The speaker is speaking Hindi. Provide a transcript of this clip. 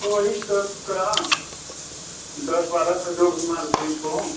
तो वही दस का दस बारह का जो भी हो